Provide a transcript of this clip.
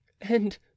And